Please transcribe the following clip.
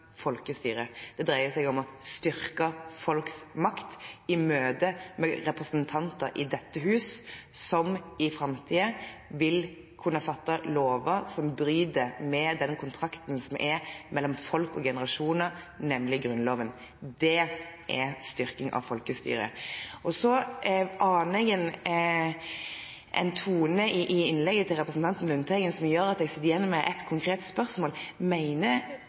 folks makt i møte med representanter i dette hus, som i framtiden vil kunne fatte lover som bryter med den kontrakten som er mellom folk og generasjoner, nemlig Grunnloven. Det er styrking av folkestyret. Så aner jeg en tone i innlegget til representanten Lundteigen som gjør at jeg sitter igjen med ett konkret spørsmål: Mener